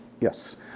Yes